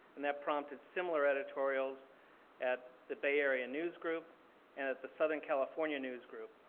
and that prompted similar editorials at the bay area news group and at the southern california news group.